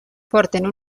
porten